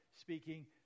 speaking